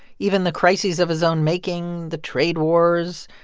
even the crises of his own making the trade wars,